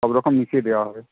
সবরকম মিশিয়ে দেওয়া হবে